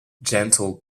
gentle